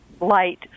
light